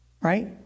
right